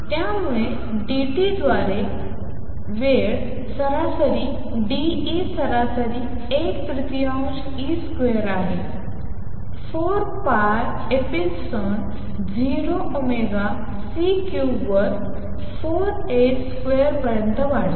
त्यामुळे dt द्वारे वेळ सरासरी d E सरासरी 1 तृतीयांश ई स्क्वेअर आहे 4 pi epsilon 0 omega C cube वर 4 A स्क्वेअर पर्यंत वाढवा